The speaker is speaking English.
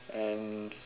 and